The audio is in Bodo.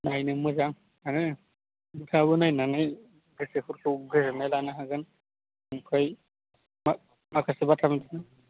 नायनो मोजाङानो नोथाङाबो नायनानै गोसोफोरखौ गोजोननाय लानो हागोन आमफाय मा माखासे बाथ्रा मिथिनो